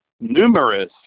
numerous